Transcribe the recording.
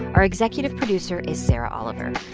our executive producer is sarah oliver.